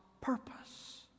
purpose